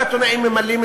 והעיתונאים ממלאים,